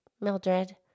Mildred